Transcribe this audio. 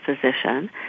physician